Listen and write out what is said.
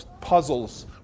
puzzles